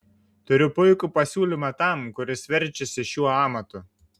turiu puikų pasiūlymą tam kuris verčiasi šiuo amatu